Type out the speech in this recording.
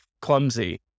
clumsy